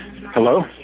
Hello